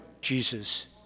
Jesus